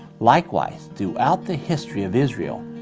likewise, throughout the history of israel,